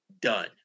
done